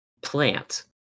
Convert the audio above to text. plant